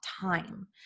time